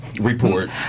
Report